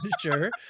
sure